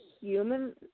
human